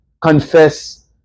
confess